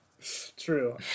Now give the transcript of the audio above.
true